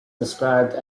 described